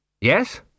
Yes